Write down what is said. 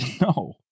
No